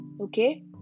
okay